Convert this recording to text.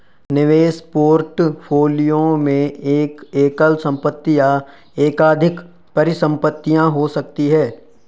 निवेश पोर्टफोलियो में एक एकल संपत्ति या एकाधिक परिसंपत्तियां हो सकती हैं